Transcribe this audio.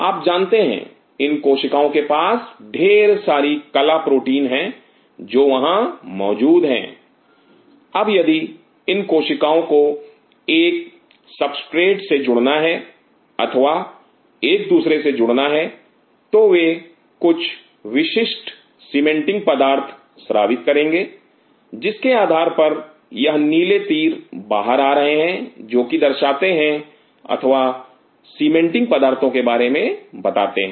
आप जानते हैं इन कोशिकाओं के पास ढेर सारी कला प्रोटीन है जो वहां मौजूद हैं अब यदि इन कोशिकाओं को एक सबस्ट्रेट से जुड़ना है अथवा एक दूसरे से जुड़ना है तो वे कुछ विशिष्ट सीमेंटिंग पदार्थ स्रावित करेंगे जिसके आधार पर यह नीले तीर बाहर आ रहे हैं जो कि दर्शाते हैं अथवा सीमेंटिंग पदार्थों के बारे में बताते हैं